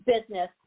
business